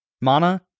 Mana